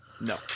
No